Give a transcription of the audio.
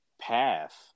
path